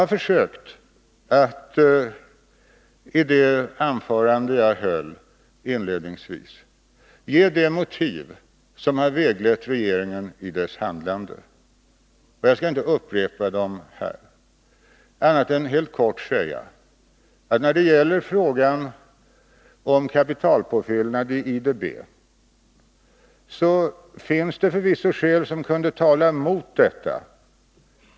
I det anförande som jag höll inledningsvis försökte jag redogöra för de motiv som har väglett regeringen i dess handlande, och jag skall inte upprepa dem här. Jag vill bara helt kort säga att det förvisso finns skäl som kan tala mot en kapitalpåfyllnad i IDB.